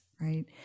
right